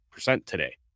today